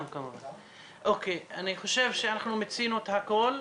אני חושב שאנחנו מיצינו את הכול,